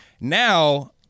now